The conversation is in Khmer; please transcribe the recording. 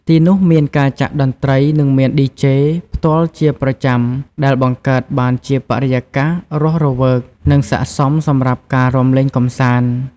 ទីនោះមានការចាក់តន្ត្រី និងមាន ឌីជេ (DJ) ផ្ទាល់ជាប្រចាំ ដែលបង្កើតបានជាបរិយាកាសរស់រវើក និងស័ក្តិសមសម្រាប់ការរាំលេងកម្សាន្ត។